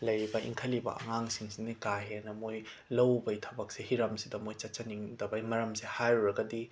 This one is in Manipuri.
ꯂꯩꯔꯤꯕ ꯏꯟꯈꯠꯂꯤꯕ ꯑꯉꯥꯡꯁꯤꯡꯁꯤꯅ ꯀꯥ ꯍꯦꯟꯅ ꯃꯣꯏ ꯂꯧꯎꯕꯒꯤ ꯊꯕꯛꯁꯦ ꯍꯤꯔꯝꯁꯤꯗ ꯃꯣꯏ ꯆꯠꯆꯅꯤꯡꯗꯕꯒꯤ ꯃꯔꯝꯁꯦ ꯍꯥꯏꯔꯨꯔꯒꯗꯤ